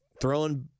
throwing